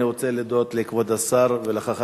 אני רוצה להודות לכבוד השר ולך,